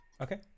Okay